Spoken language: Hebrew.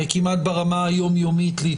כמעט ברמה היום יומית,